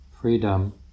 freedom